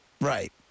Right